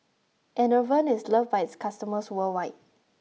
Enervon is loved by its customers worldwide